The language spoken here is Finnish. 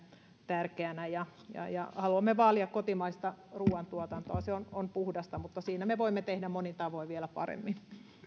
tärkeänä ja ja haluamme vaalia kotimaista ruoantuotantoa se on on puhdasta mutta siinä me voimme tehdä monin tavoin vielä paremmin